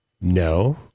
No